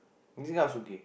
this kind of shoot game